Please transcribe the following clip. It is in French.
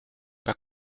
pas